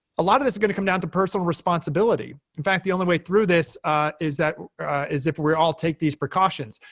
a lot of this is going to come down to personal responsibility. in fact, the only way through this is that is if we all take these precautions.